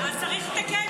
אז צריך להסתכל על זה.